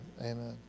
amen